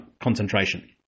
concentration